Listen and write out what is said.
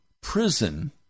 prison